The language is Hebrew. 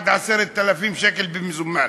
עד 10,000 שקל במזומן,